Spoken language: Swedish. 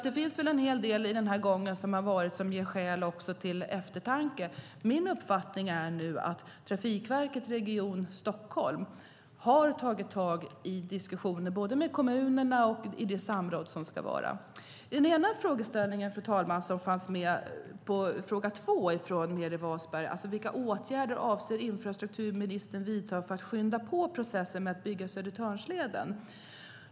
Det finns en hel del i gången som ger anledning till eftertanke. Min uppfattning är att Trafikverket Region Stockholm har tagit tag i diskussionen, både med kommunerna och i det samråd som ska ske. Den ena delen i Meeri Wasbergs andra fråga gällde vilka åtgärder infrastrukturministern avser att vidta för att skynda på processen med att bygga Södertörnsleden.